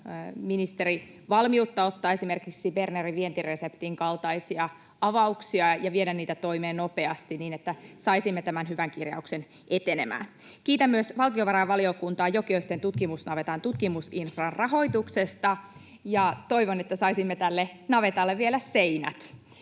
ministeri: onko valmiutta ottaa esimerkiksi Bernerin Vientireseptin kaltaisia avauksia ja viedä niitä toimeen nopeasti niin, että saisimme tämän hyvän kirjauksen etenemään? Kiitän myös valtiovarainvaliokuntaa Jokioisten tutkimusnavetan tutkimusinfran rahoituksesta, ja toivon, että saisimme tälle navetalle vielä seinät.